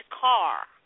car